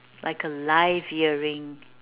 like a live earring